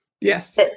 yes